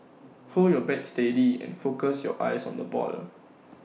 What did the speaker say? hold your bat steady and focus your eyes on the ball